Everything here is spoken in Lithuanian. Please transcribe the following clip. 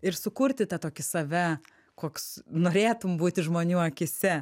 ir sukurti tą tokį save koks norėtum būti žmonių akyse